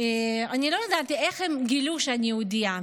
לא הבנתי איך הם גילו שאני יהודייה,